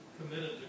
committed